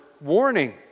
warning